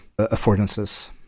affordances